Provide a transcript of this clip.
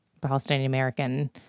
Palestinian-American